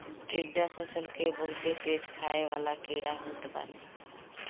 टिड्डा फसल के बहुते तेज खाए वाला कीड़ा होत बाने